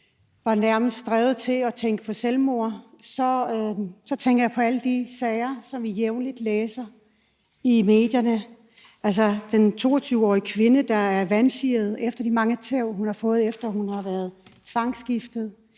som nærmest var drevet til at tænke på selvmord, så tænker jeg på alle de sager, som vi jævnligt læser om i medierne. Der er den 22-årige kvinde, der er vansiret efter de mange tæv, hun har fået, efter at hun har været tvangsgift;